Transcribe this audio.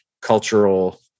cultural